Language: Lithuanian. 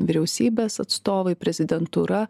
vyriausybės atstovai prezidentūra